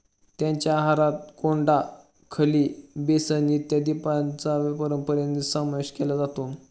त्यांच्या आहारात कोंडा, खली, बेसन इत्यादींचा परंपरेने समावेश केला जातो